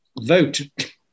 vote